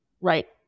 Right